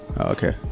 Okay